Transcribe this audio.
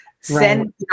Send